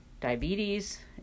diabetes